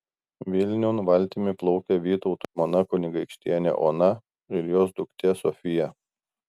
vilniun valtimi plaukia vytauto žmona kunigaikštienė ona ir jos duktė sofija